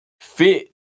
fit